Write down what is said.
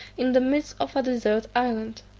in the midst of a desert island.